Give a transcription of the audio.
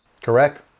Correct